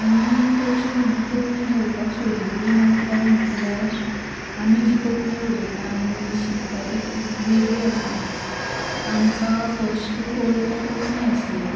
आनी चडशीं भुरगीं कोंकणी घेवपाक सोदिकूय ना कित्याक म्हटल्यार आमी जी कोंकणी उलयता आनी जी शिकता ती खूब वेगळी आसा आमकां फस्ट टू फोर्त कोंकणी आसली